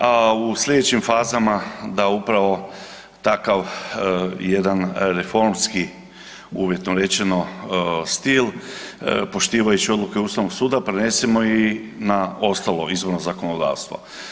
A u slijedećim fazama da upravo takav jedan reformski uvjetno rečeno stil poštivajući odluke ustavnog suda prenesemo i na ostalo izvorno zakonodavstvo.